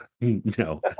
no